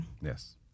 Yes